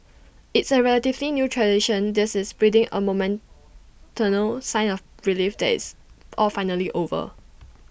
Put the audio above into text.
it's A relatively new tradition this is breathing A moment turnal sign of relief that it's all finally over